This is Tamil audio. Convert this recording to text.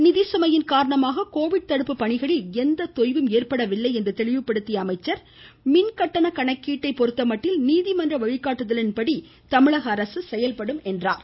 நிதி சுமையின் காரணமாக கோவிட் தடுப்பு பணிகளில் எந்த தொய்வும் ஏற்படவில்லை என்று தெளிவுபடுத்திய அவர் மின்கட்டணத்தை பொறுத்தமட்டில் நீதிமன்ற வழிகாட்டுதலின் படி தமிழக அரசு செயல்படும் என்றார்